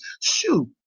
shoot